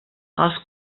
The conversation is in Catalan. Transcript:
els